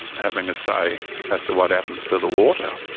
having a say as to what happens to the water.